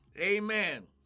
Amen